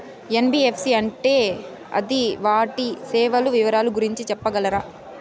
NBFC అంటే అది వాటి సేవలు వివరాలు గురించి సెప్పగలరా?